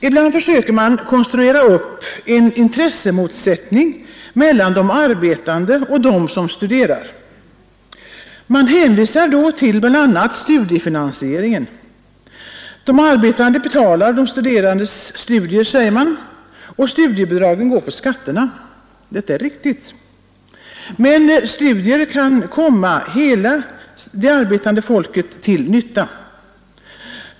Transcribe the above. Ibland försöker man konstruera upp en intressemotsättning mellan de arbetande och de som studerar. Man hänvisar då till bl.a. studiefinansieringen. De arbetande betalar de studerandes studier, säger man, och studiebidragen går på skatterna. Detta är riktigt. Men studierna kan bli till nytta för hela det arbetande folket.